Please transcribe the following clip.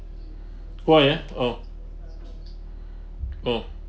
why ah oh oh